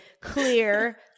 clear